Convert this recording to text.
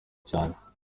cyane